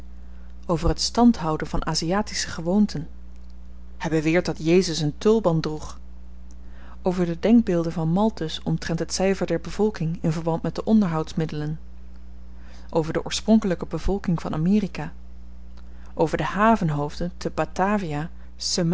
over het standhouden van aziatische gewoonten hy beweert dat jezus een tulband droeg over de denkbeelden van malthus omtrent het cyfer der bevolking in verband met de onderhoudsmiddelen over de oorspronkelyke bevolking van amerika over de havenhoofden te batavia